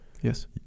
Yes